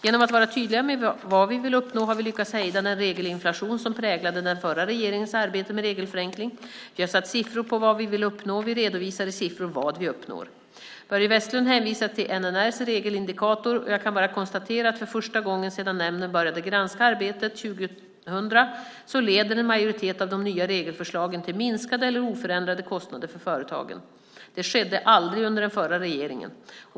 Genom att vara tydliga med vad vi vill uppnå har vi lyckats hejda den regelinflation som präglade den förra regeringens arbete med regelförenkling. Vi har satt siffror på vad vi vill uppnå, och vi redovisar i siffror vad vi uppnår. Börje Vestlund hänvisar till NNR:s regelindikator, och jag kan bara konstatera att för första gången sedan nämnden år 2000 började granska arbetet leder en majoritet av de nya regelförslagen till minskade eller oförändrade kostnader för företagen. Det skedde aldrig under den förra regeringen.